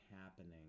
happening